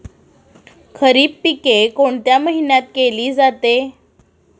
खरीप पिके कोणत्या महिन्यात केली जाते?